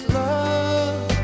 love